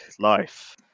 life